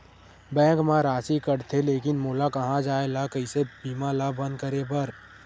Bank मा राशि कटथे लेकिन मोला कहां जाय ला कइसे बीमा ला बंद करे बार?